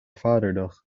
vaderdag